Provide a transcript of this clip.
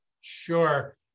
Sure